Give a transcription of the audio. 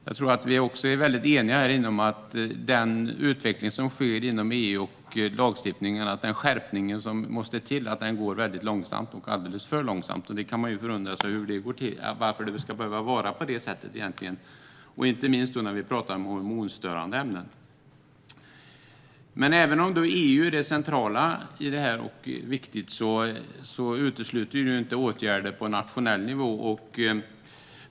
Jag tror att vi är eniga här inne om att den utveckling som sker inom EU och den skärpning av lagstiftningen som måste till går alldeles för långsamt. Man kan undra varför det ska behöva vara på det sättet, inte minst när det gäller hormonstörande ämnen. Även om EU är centralt och viktigt utesluter det inte åtgärder på nationell nivå.